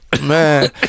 Man